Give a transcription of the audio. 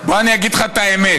בוא אני אגיד לך את האמת.